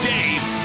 Dave